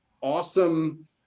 awesome